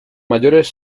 mayores